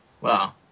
Wow